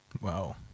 Wow